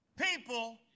people